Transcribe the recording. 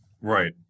Right